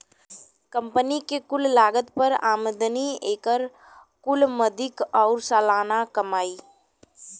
company के कुल लागत पर आमदनी, एकर कुल मदिक आउर सालाना कमाई